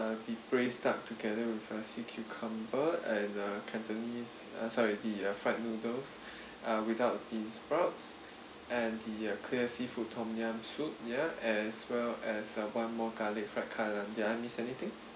the braised duck together with uh sea cucumber and uh cantonese uh sorry the uh fried noodles uh without beansprouts and the uh clear seafood tom yum soup ya as well as uh one more garlic fried kai lan did I miss anything